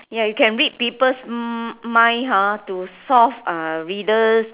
ya you can read people's mind hor to solve uh riddles